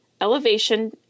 elevation